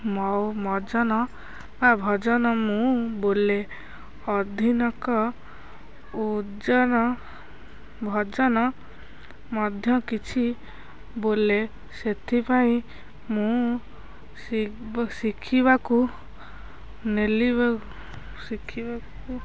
ନ ବା ଭଜନ ମୁଁ ବୋଲେ ଅଧୀନକ ଉଜନ ଭଜନ ମଧ୍ୟ କିଛି ବୋଲେ ସେଥିପାଇଁ ମୁଁ ଶିଖିବାକୁ ନେଲ ଶିଖିବାକୁ